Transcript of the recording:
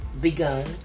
begun